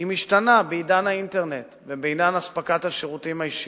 משתנה בעידן האינטרנט ובעידן אספקת השירותים האישיים.